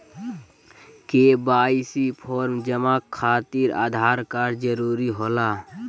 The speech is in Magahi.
के.वाई.सी फॉर्म जमा खातिर आधार कार्ड जरूरी होला?